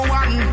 one